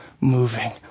moving